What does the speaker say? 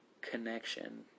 connection